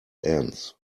ends